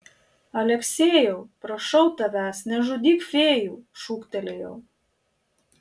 aleksejau prašau tavęs nežudyk fėjų šūktelėjau